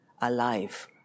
alive